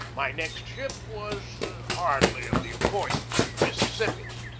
my next ship was hardly of the importance of the mississippi,